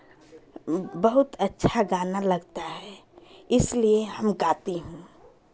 बहुत अच्छा गाना लगता है इसलिए हम गाती हूँ